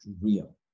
real